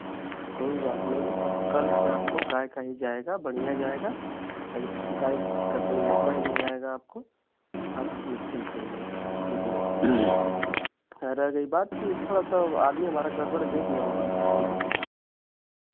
कोई बात नहीं अब कल से आपको गाय का ही जाएगा बढ़ियाँ जाएगा शिकायत का कोई मौका ही नहीं आएगा आपको आप निश्चिंत रहिए उसके लिए रह गई बात कि थोड़ा सा वो आदमी हमारा गड़बड़ दे दिया होगा कोई दिक्कत